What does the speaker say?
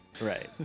Right